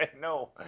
No